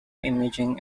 imaging